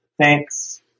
thanks